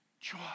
joy